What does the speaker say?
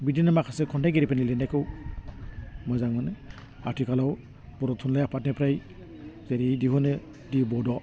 बिदिनो माखासे खन्थाइगिरिफोरनि लिरनायखौ मोजां मोनो आथिखालाव बर' थुनलाइ आफादनिफ्राय जेरै दिहुनो दि बड'